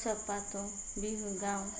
উৎসৱ পাতোঁ বিহু গাওঁ